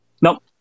Nope